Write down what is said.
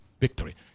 victory